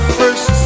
first